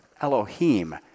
Elohim